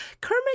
Kermit